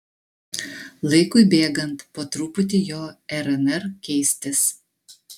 laikui bėgant po truputį jo rnr keistis